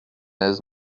aise